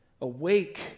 awake